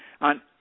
on